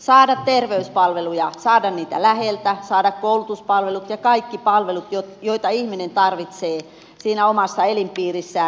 saada terveyspalveluja saada niitä läheltä saada koulutuspalvelut ja kaikki palvelut joita ihminen tarvitsee siinä omassa elinpiirissään